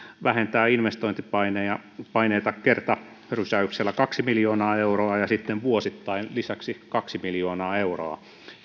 vähentää investointipaineita kertarysäyksellä kaksi miljoonaa euroa ja sitten vuosittain lisäksi kaksi miljoonaa euroa